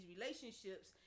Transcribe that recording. relationships